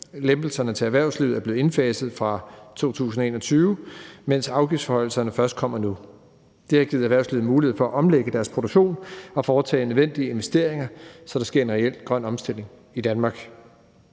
Lempelserne til erhvervslivet er blevet indfaset fra 2021, mens afgiftsforhøjelserne først kommer nu. Det har givet erhvervslivet en mulighed for at omlægge sin produktion og foretage nødvendige investeringer, så der sker en reel grøn omstilling i Danmark.